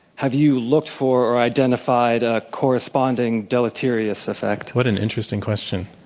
have you looked for or identified a corresponding deleterious effect? what an interesting question.